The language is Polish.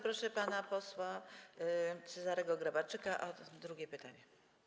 Proszę pana posła Cezarego Grabarczyka o drugie pytanie.